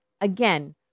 Again